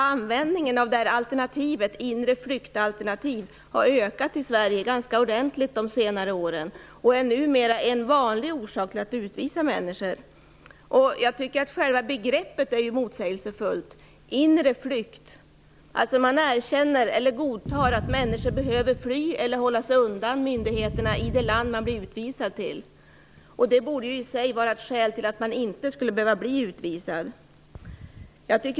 Användningen av alternativet inre flyktalternativ har ökat i Sverige ganska mycket under senare år och är numera en vanlig orsak till att utvisa människor. Själva begreppet är motsägelsefullt - inre flykt. Man godtar alltså att människor behöver fly eller hålla sig undan myndigheterna i det land de är utvisade till. Det borde i sig vara skäl till att de inte skulle behöva bli utvisade.